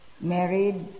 married